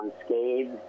unscathed